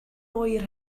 oer